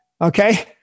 Okay